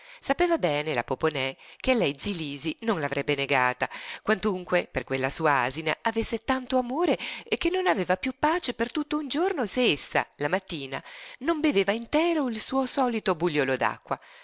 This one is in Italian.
sapeva bene la poponè che a lei zi lisi non l'avrebbe negata quantunque per quella sua asina avesse tanto amore che non aveva piú pace per tutto un giorno se essa la mattina non beveva intero il suo solito bugliolo